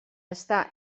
està